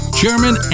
chairman